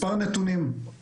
מספר נתונים, לדוגמה,